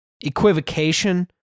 equivocation